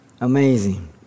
Amazing